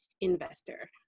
investor